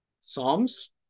Psalms